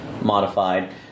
modified